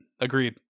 agreed